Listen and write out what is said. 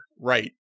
Right